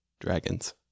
Dragons